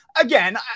again